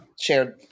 shared